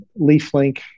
LeafLink